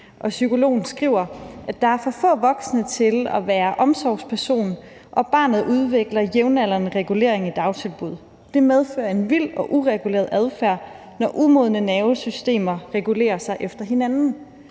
psykologen skriver, at der er for få voksne til at være omsorgsperson, og at barnet udvikler jævnaldrenderegulering i dagtilbuddet. Det medfører en vild og ureguleret adfærd, når umodne nervesystemer regulerer sig efter hinanden.